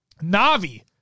Na'Vi